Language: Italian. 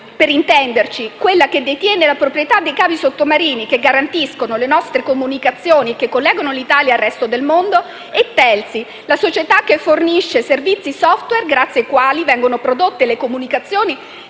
(per intenderci, quella che detiene la proprietà dei cavi sottomarini che garantiscono le nostre comunicazioni e che collegano l'Italia al resto del mondo), e Telti, la società che fornisce servizi *software* grazie ai quali vengono prodotte le comunicazioni